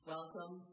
Welcome